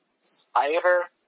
Spider